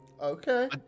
Okay